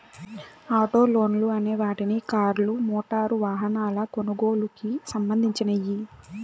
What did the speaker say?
auto లోన్లు అనే వాటిని కార్లు, మోటారు వాహనాల కొనుగోలుకి సంధించినియ్యి